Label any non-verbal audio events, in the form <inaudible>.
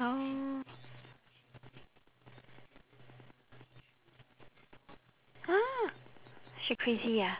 <noise> she crazy ah